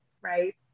Right